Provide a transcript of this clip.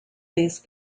these